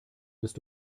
bist